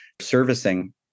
servicing